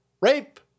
Rape